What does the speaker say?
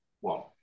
one